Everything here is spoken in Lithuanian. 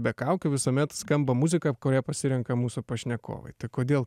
be kaukių visuomet skamba muzika kurią pasirenka mūsų pašnekovai tai kodėl